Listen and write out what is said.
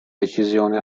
decisione